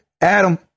adam